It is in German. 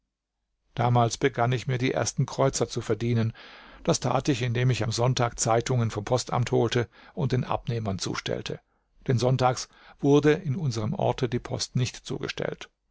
damals begann ich mir die ersten kreuzer zu verdienen das tat ich indem ich am sonntag zeitungen vom postamt holte und den abnehmern zustellte denn sonntags wurde in unserem orte die post nicht zugestellt